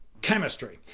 chemistry.